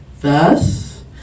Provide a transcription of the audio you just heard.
Thus